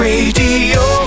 Radio